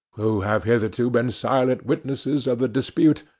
who have hitherto been silent witnesses of the dispute,